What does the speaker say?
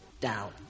down